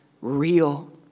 real